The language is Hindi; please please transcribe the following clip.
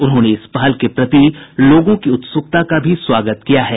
उन्होंने इस पहल के प्रति लोगों की उत्सुकता का भी स्वागत किया है